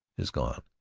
is gone.